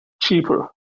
cheaper